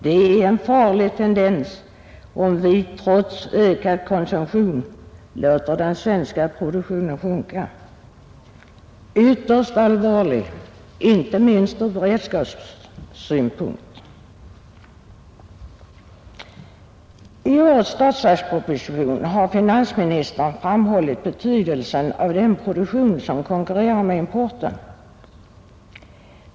Det är en farlig tendens om vi trots ökad konsumtion låter den svenska produktionen sjunka — ytterst allvarlig inte minst från beredskapssynpunkt. I årets statsverksproposition har finansministern framhållit betydelsen av den prouktion som konkurrerar med importen.